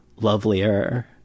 lovelier